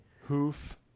Hoof